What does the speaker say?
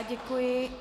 Děkuji.